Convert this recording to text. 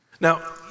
Now